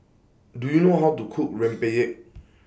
Do YOU know How to Cook Rempeyek